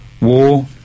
war